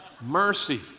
Mercy